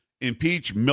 Impeach